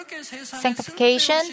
sanctification